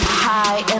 high